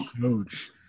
coach